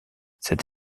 cette